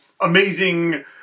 amazing